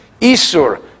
Isur